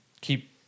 keep